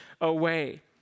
away